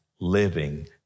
Living